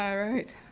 yeah right.